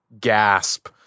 gasp